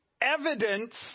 evidence